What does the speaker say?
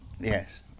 Yes